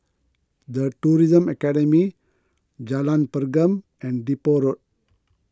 the Tourism Academy Jalan Pergam and Depot Road